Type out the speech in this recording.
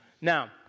Now